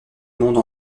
monde